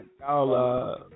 Y'all